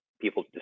people